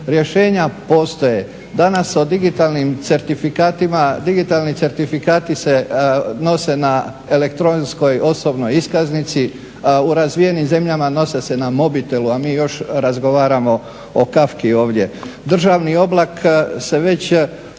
Rješenja postoje, danas o digitalnim certifikatima, digitalni certifikati se nose na elektronskoj osobnoj iskaznici. U razvijenim zemljama nose se na mobitelu, a mi još razgovaramo o Kafki ovdje. Državni oblak se već